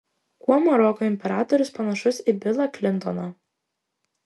kuo maroko imperatorius panašus į bilą klintoną